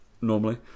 normally